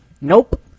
Nope